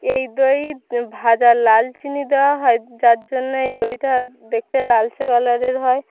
এই দই ভাজা লাল চিনি দেওয়া হয় যার জন্য এই দইটা দেখতে লালচে কালারের হয়